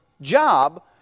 job